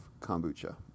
kombucha